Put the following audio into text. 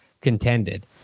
contended